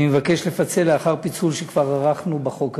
אני מבקש לפצל לאחר פיצול שכבר ערכנו בחוק הזה.